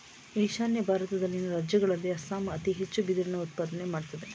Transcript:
ಈಶಾನ್ಯ ಭಾರತದಲ್ಲಿನ ರಾಜ್ಯಗಳಲ್ಲಿ ಅಸ್ಸಾಂ ಅತಿ ಹೆಚ್ಚು ಬಿದಿರಿನ ಉತ್ಪಾದನೆ ಮಾಡತ್ತದೆ